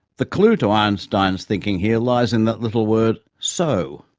the clue to einstein's thinking here lies in that little word so,